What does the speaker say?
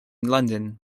london